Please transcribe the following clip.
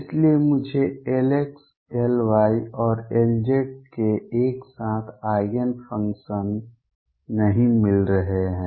इसलिए मुझे Lx Ly और Lz के एक साथ आइगेन फंक्शन नहीं मिल रहे हैं